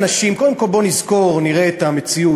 קודם כול בואו נזכור, נראה את המציאות,